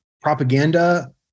propaganda